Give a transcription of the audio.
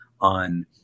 on